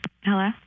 Hello